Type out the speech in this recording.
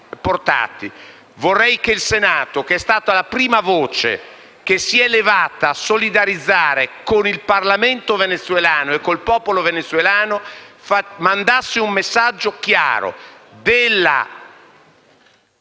portati. Vorrei che il Senato, che è stata la prima voce che si è levata per solidarizzare con il Parlamento e con il popolo venezuelano, mandasse un messaggio chiaro: